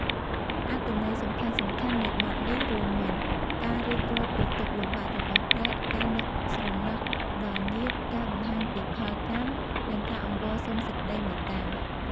អត្ថន័យសំខាន់ៗនៃបទនេះរួមមាន ការរៀបរាប់ពីទុក្ខលំបាករបស់ប្រេត ការនឹកស្រណោះដល់ញាតិ ការបង្ហាញពីផលកម្ម និងការអង្វរសុំសេចក្តីមេត្តា។